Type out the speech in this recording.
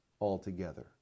altogether